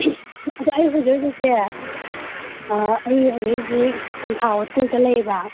ꯑꯗꯣ ꯑꯩ ꯍꯧꯖꯤꯛ ꯍꯧꯖꯤꯛꯁꯦ ꯑꯥ ꯑꯩ ꯍꯧꯖꯤꯛ ꯍꯧꯖꯤꯛ ꯇꯝꯐꯥ ꯍꯣꯇꯦꯜꯗ ꯂꯩꯌꯦꯕ